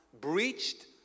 breached